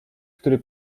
który